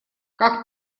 как